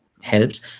helps